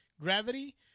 gravity